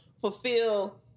fulfill